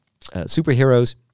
superheroes